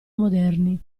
moderni